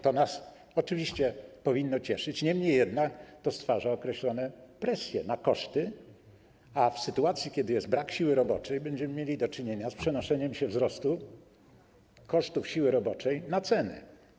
To nas oczywiście powinno cieszyć, niemniej jednak to stwarza określone presje na koszty, a w sytuacji, kiedy brak jest siły roboczej, będziemy mieli do czynienia z przenoszeniem się wzrostu kosztów siły roboczej na ceny.